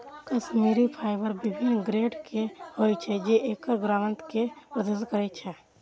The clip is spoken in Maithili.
कश्मीरी फाइबर विभिन्न ग्रेड के होइ छै, जे एकर गुणवत्ता कें प्रदर्शित करै छै